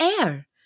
air